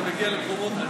זה מגיע למקומות,